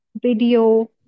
video